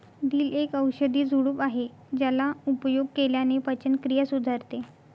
दिल एक औषधी झुडूप आहे ज्याचा उपयोग केल्याने पचनक्रिया सुधारते